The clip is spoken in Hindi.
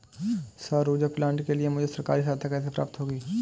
सौर ऊर्जा प्लांट के लिए मुझे सरकारी सहायता कैसे प्राप्त होगी?